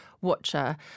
watcher